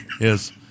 yes